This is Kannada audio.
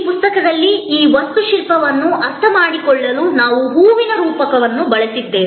ಈ ಪುಸ್ತಕದಲ್ಲಿ ಈ ವಾಸ್ತುಶಿಲ್ಪವನ್ನು ಅರ್ಥಮಾಡಿಕೊಳ್ಳಲು ನಾವು ಹೂವಿನ ರೂಪಕವನ್ನು ಬಳಸಿದ್ದೇವೆ